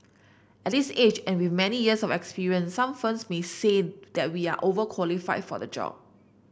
at this age and with many years of experience some firms may say that we are overqualified for the job